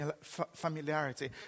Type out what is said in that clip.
familiarity